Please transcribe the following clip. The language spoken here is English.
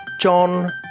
john